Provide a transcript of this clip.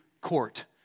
court